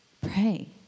pray